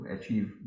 achieve